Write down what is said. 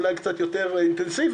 אולי קצת יותר אינטנסיבית,